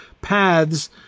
paths